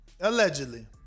Allegedly